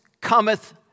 cometh